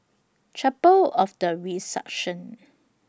Chapel of The Resurrection